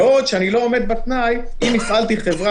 בעוד שאני לא עומד בתנאי אם הפעלתי חברה